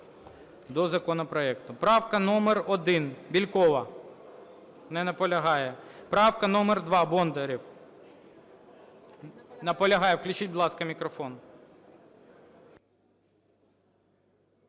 до законопроекту. Правка номер 1, Бєлькова. Не наполягає. Правка номер 2, Бондарєв. Наполягає. Включіть, будь ласка, мікрофон.